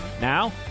Now